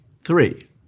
three